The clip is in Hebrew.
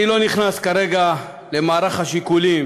אני לא נכנס כרגע למערך השיקולים